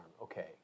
Okay